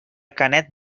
canet